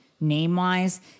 Name-wise